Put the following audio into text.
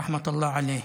רחמת אללה עליה,